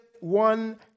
one